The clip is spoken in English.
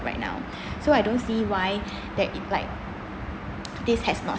right now so I don't see why that it like today has not